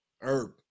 Herb